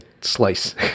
slice